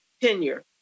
tenure